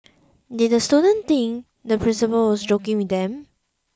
did the students think the principal was joking with them